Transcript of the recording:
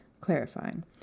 clarifying